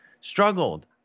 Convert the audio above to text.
struggled